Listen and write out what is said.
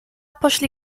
poszli